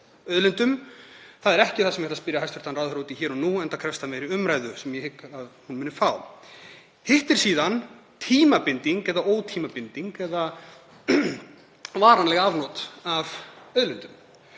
auðlindum. Það er ekki það sem ég ætla að spyrja hæstv. ráðherra út í hér og nú, enda krefst það meiri umræðu sem ég hygg að hún muni fá. Hitt er síðan tímabinding eða ótímabinding eða varanleg afnot af auðlindum.